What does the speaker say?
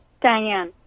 Diane